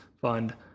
fund